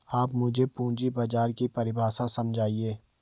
आप मुझे पूंजी बाजार की परिभाषा समझाइए